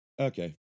Okay